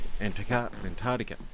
Antarctica